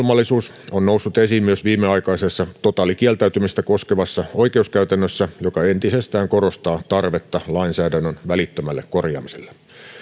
ongelmallisuus on noussut esiin myös viimeaikaisessa totaalikieltäytymistä koskevassa oikeuskäytännössä joka entisestään korostaa tarvetta lainsäädännön välittömälle korjaamiselle